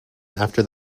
after